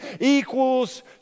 equals